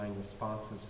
responses